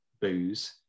booze